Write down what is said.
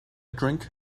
drink